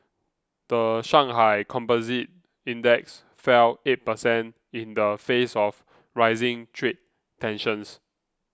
the Shanghai Composite Index fell eight per cent in the face of rising trade tensions